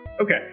Okay